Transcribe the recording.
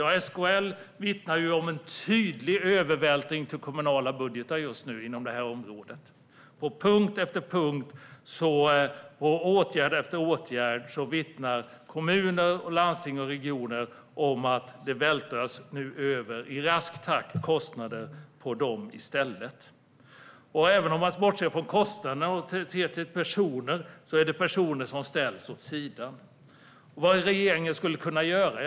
Ja, SKL vittnar om en tydlig övervältring på kommunala budgetar just nu inom detta område. På punkt efter punkt - det gäller åtgärd efter åtgärd - vittnar kommuner, landsting och regioner om att kostnader nu i rask takt vältras över på dem i stället. Man kan bortse från kostnaderna och se till personer. Det är personer som ställs åt sidan. Vad skulle regeringen kunna göra?